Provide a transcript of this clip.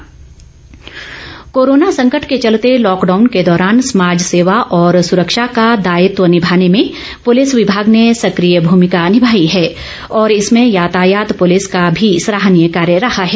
Suresh Bhardwaj corona संकट के चलते लॉकडाउन के दौरान समाज सेवा और सुरक्षा का दायित्व निभाने में पुलिस विभाग ने सक्रिय भूमिका निभाई है और इसमें यातायात पुलिस का भी सराहनीय कार्य रहा है